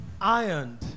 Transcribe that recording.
Ironed